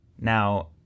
Now